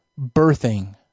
birthing